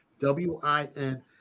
W-I-N